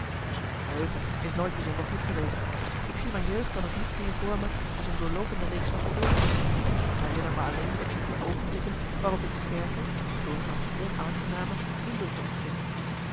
mijn geheugen is nooit bijzonder goed geweest ik zie mijn jeugd dan ook niet meer voor me als een doorloopende reeks van gebeurtenissen maar herinner me alleen de enkele oogenblikken waarop ik sterke doorgaans onaangename indrukken ontving